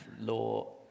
law